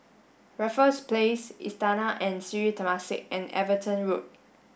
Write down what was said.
Raffles Place Istana and Sri Temasek and Everton Road